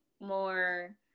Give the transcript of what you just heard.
more